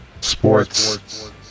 Sports